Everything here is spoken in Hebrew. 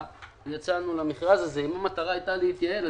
יצאנו למכרז הזה אם המטרה הייתה להתייעל.